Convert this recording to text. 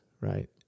right